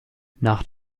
nach